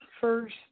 first